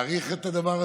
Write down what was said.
להאריך את הדבר הזה,